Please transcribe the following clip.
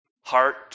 heart